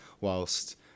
whilst